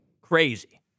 crazy